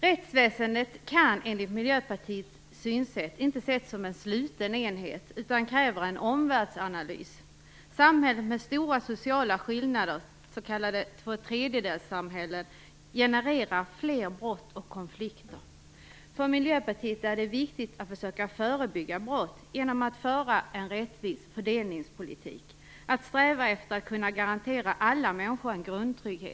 Rättsväsendet kan enligt Miljöpartiets synsätt inte ses som en sluten enhet, utan kräver en omvärldsanalys. Samhällen med stora sociala skillnader, s.k. tvåtredjedelssamhällen, genererar fler brott och konflikter. För Miljöpartiet är det viktigt att försöka förebygga brott genom att föra en rättvis fördelningspolitik och sträva efter att kunna garantera alla människor en grundtrygghet.